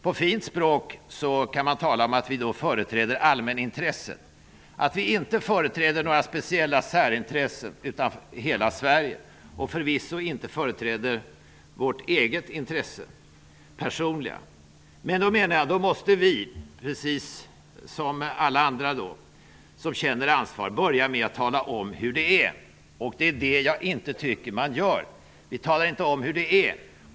På fint språk kan man tala om att vi företräder allmänintresset, hela Sverige, inte några speciella särintressen, inte vårt personliga egenintresse. Då måste vi, precis som alla andra som känner ansvar, börja med att tala om hur det är. Det är det jag tycker att vi inte gör. Vi talar inte om hur det är.